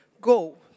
Go